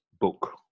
book